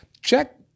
check